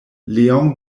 leon